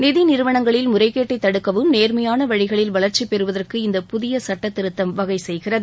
நிதி நிறுவனங்களில் முறைகேட்டை தடுக்கவும் நேர்மையான வழிகளில் வளர்ச்சி பெறுவதற்கு இந்த புதிய சுட்ட திருத்தம் வகை செய்கிறது